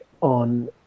on